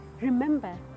remember